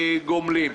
גומלין.